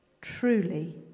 truly